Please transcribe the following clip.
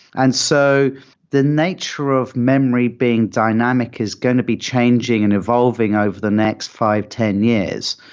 and so the nature of memory being dynamic is going to be changing and evolving over the next five, ten years.